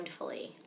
mindfully